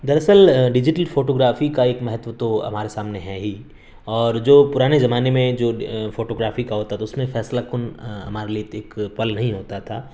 در اصل digital photography کا ایک مہتو تو ہمارے سامنے ہے ہی اور جو پرانے زمانے میں جو فوٹوگرافی کا ہوتا تھا اس میں فیصلہ کن ہمارے لیے ایک پل نہیں ہوتا تھا